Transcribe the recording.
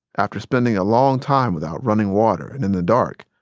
after spending a long time without running water and in the dark,